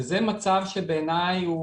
זה מצב שבעיני הוא